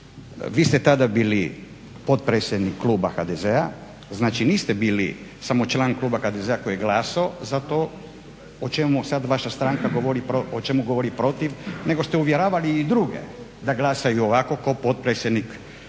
Vi ste tada bili potpredsjednik kluba HDZ-a, znači niste bili samo član kluba HDZ-a koji je glasao za to o čemu sad vaša stranka govori, o čemu govori protiv nego ste uvjeravali da glasaju ovako kao potpredsjednik